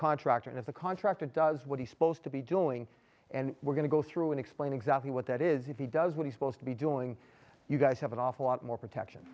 contractor and if the contract it does what he's supposed to be doing and we're going to go through and explain exactly what that is if he does what he's supposed to be doing you guys have an awful lot more protection